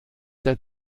der